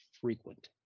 frequent